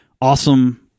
awesome